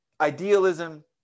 idealism